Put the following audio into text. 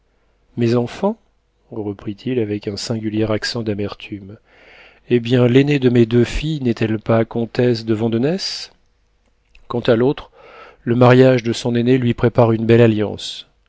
mes enfants reprit-il avec un singulier accent d'amertume eh bien l'aînée de mes deux filles n'est-elle pas comtesse de vandenesse quant à l'autre le mariage de son aînée lui prépare une belle alliance